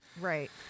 Right